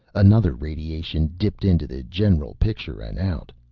another radiation dipped into the general picture and out.